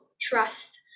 trust